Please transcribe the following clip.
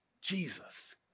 Jesus